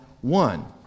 one